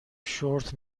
شرت